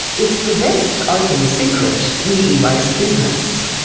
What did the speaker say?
it's the best open secret in the e-waste business.